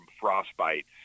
frostbite